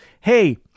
hey